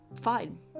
fine